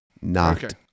Knocked